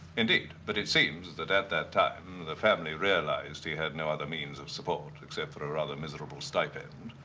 indeed but it seems that at that time the family realized he had no other means of support except for a rather miserable stipend.